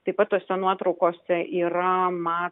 taip pat tose nuotraukose yra ma